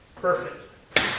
Perfect